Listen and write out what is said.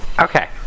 Okay